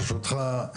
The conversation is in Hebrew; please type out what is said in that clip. ברשותך,